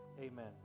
amen